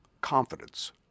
confidence